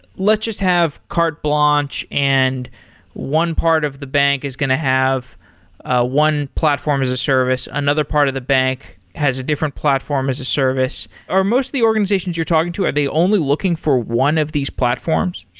let's just have carte blanche and one part of the bank is going to have ah one platform as a service, another part of the bank has a different platform as a service. are most of the organizations you're talking to, are they only looking for one of these platforms?